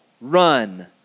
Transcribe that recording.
run